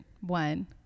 one